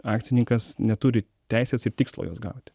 akcininkas neturi teisės ir tikslo juos gauti